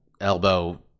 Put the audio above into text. elbow